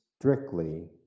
strictly